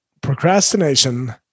Procrastination